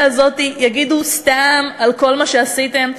הזאת יגידו "סתם" על כל מה שעשיתם?